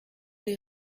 les